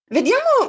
Vediamo